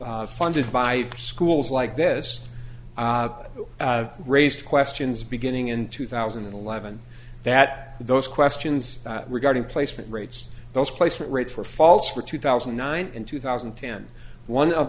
funded by schools like this who have raised questions beginning in two thousand and eleven that those questions regarding placement rates those placement rates were false for two thousand and nine and two thousand and ten one of